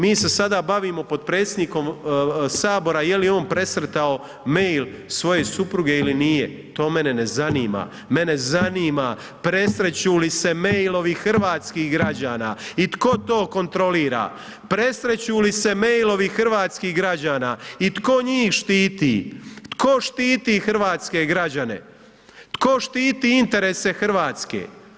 Mi se sada bavimo potpredsjednikom sabora je li on presretao mail svoje supruge ili nije, to mene ne zanima, mene zanima presreću li se mailovi hrvatskih građana i tko to kontrolira, presreću li se mailovi hrvatskih građana i tko njih štiti, tko štiti hrvatske građane, tko štiti interese Hrvatske?